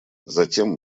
затем